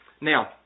Now